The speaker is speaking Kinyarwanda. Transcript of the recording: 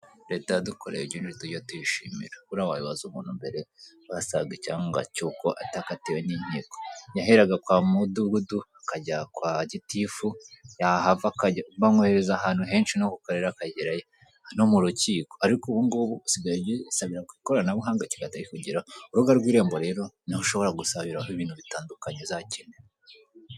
Leta yadukore ibyo bintu tujye tuyishimira buriya wabibaza umuntu mbere basabaga icyangombwa cy'uko atakatiwe n'inkiko; yaheraga kwa mudugudu akajya kwa gitifu yahava bamwohereza ahantu henshi no ku karere akagerayo no mu rukiko ariko ubungubu usigaye usabira ku ikoranabuhanga kigahita kugeraho; urubuga rw'irembo rero niho ushobora gusabiraho ibintu bitandukanye uzakenera.